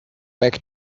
back